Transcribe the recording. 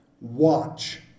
Watch